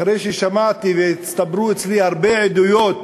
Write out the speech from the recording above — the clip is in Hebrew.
אחרי ששמעתי והצטברו אצלי הרבה עדויות